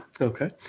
Okay